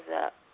up